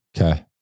okay